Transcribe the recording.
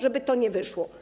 żeby to nie wyszło.